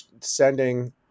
sending